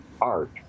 art